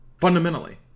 Fundamentally